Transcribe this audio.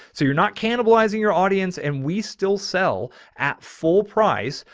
so you're not cannibalizing your audience. and we still sell at full price,